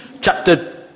chapter